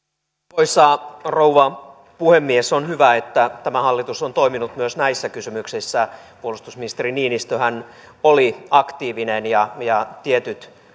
arvoisa rouva puhemies on hyvä että tämä hallitus on toiminut myös näissä kysymyksissä puolustusministeri niinistöhän oli aktiivinen ja ja tietyt